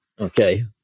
okay